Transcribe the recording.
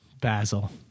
Basil